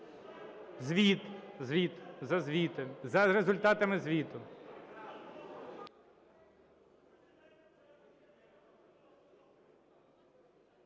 Звіт. За результатами звіту.